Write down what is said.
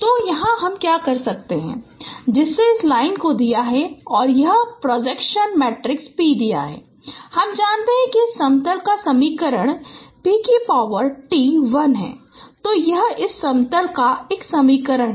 तो हम यहां क्या कर सकते हैं जिसने इस लाइन को दिया और यह प्रोजेक्शन मैट्रिक्स P दिया हम जानते हैं कि इस समतल का समीकरण PTl है तो यह इस समतल का समीकरण है